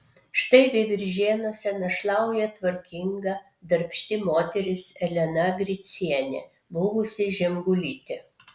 štai veiviržėnuose našlauja tvarkinga darbšti moteris elena gricienė buvusi žemgulytė